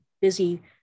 busy